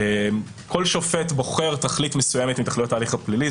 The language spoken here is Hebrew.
כל שופט בוחר תכלית מסוימת מתכליות ההליך הפלילי.